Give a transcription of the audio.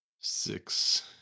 six